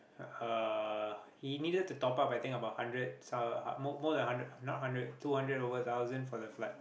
uh he needed to top up I think about hundred se~ more more than hundred not hundred two hundred over thousand for the flat